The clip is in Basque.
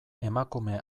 emakume